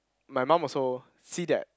my mum also see that